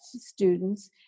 students